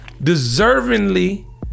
deservingly